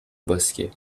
bosquet